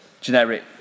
Generic